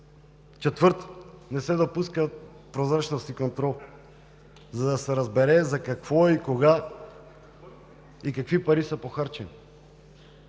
Четвърто, не се допуска прозрачност и контрол, за да се разбере кога и какви пари са похарчени,